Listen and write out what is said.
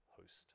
host